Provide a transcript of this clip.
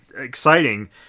exciting